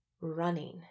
running